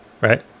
right